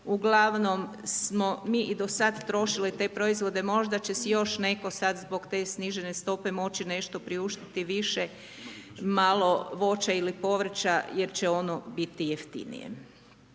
ugl. smo mi i do sada trošili te proizvode, možda će si još netko, sada, zbog te snižene stope nešto priuštiti više i malo voća i povrća jer će ono biti jeftinije.